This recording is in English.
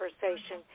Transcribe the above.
conversation